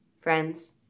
Friends